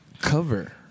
cover